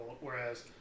Whereas